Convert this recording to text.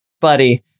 buddy